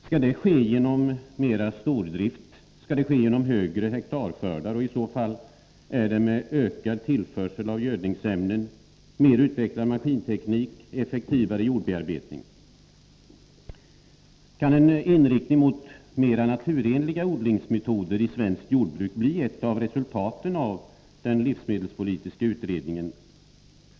Skall det ske genom mer stordrift? Skall det ske genom högre hektarskördar, och i så fall med ökad tillförsel av gödningsämnen, mer utvecklad maskinteknik eller effektivare jordbearbetning? Kan en inriktning mot mer naturenliga odlingsmetoder i det svenska jordbruket bli ett av resultaten av den livsmedelspolitiska utredningen?